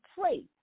pray